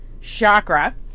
chakra